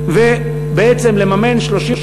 ובעצם לממן 37